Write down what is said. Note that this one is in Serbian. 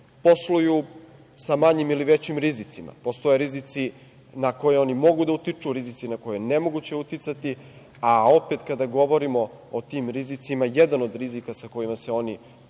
posluju sa manjim ili većim rizicima. Postoje rizici na koje oni mogu da utiču, rizici na koje je nemoguće uticati, a opet kada govorimo o tim rizicima, jedan od rizika sa kojima se oni susreću